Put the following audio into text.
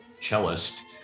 cellist